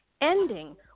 ending